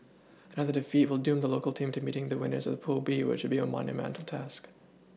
another defeat will doom the local team to meeting the winners of pool B which would be a monumental task